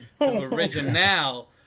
original